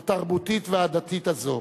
התרבותית והדתית הזו,